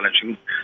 challenging